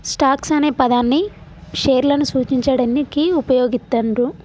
stocks అనే పదాన్ని షేర్లను సూచించడానికి వుపయోగిత్తండ్రు